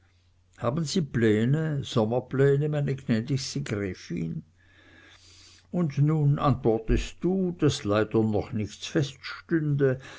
haben sie pläne sommerpläne meine gnädigste gräfin und nun antwortest du daß leider noch nichts feststünde